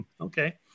okay